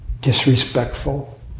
disrespectful